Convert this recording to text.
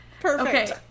perfect